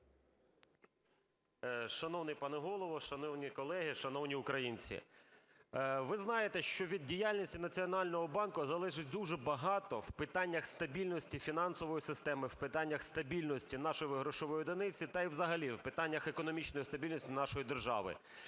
Шановний пане Голово! Шановні колеги! Шановні українці! Ви знаєте, що від діяльності Національного банку залежить дуже багато в питаннях стабільності фінансової системи, в питаннях стабільності нашої грошової одиниці, та і взагалі в питаннях економічної стабільності нашої держави.